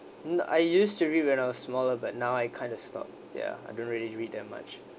no I used to read when I was smaller but now I kind of stop ya I don't really read that much